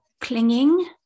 clinging